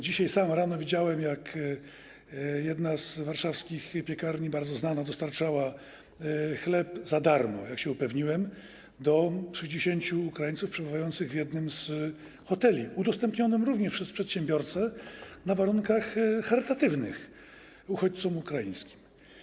Dzisiaj sam rano widziałem, jak jedna z warszawskich piekarni, bardzo znana, dostarczała chleb za darmo, jak się upewniłem, dla 60 Ukraińców przebywających w jednym z hoteli, udostępnionym również przez przedsiębiorcę na warunkach charytatywnych uchodźcom ukraińskim.